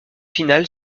finale